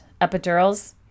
epidurals